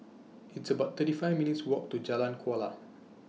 It's about thirty five minutes' Walk to Jalan Kuala